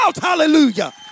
hallelujah